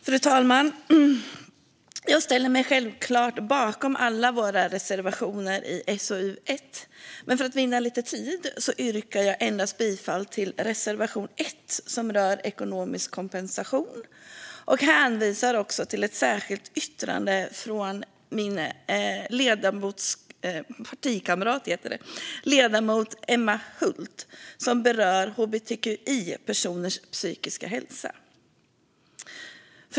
Fru talman! Jag ställer mig självklart bakom alla våra reservationer i SoU1, men för att vinna tid yrkar jag bifall endast till reservation 1, som rör ekonomisk kompensation. Jag hänvisar också till ett särskilt yttrande från min partikamrat ledamoten Emma Hult som berör hbtqi-personers psykiska hälsa.